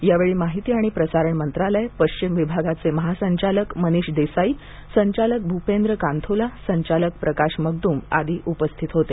यावेळी माहिती आणि प्रसारण मंत्रालय पश्चिम विभागाचे महासंचालक मनीष देसाई संचालक भूपेंद्र कांथोला संचालक प्रकाश मकदुम आदी उपस्थित होते